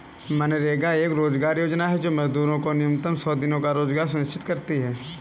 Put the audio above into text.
मनरेगा एक रोजगार योजना है जो मजदूरों को न्यूनतम सौ दिनों का रोजगार सुनिश्चित करती है